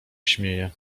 śmieje